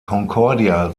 concordia